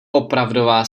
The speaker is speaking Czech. opravdová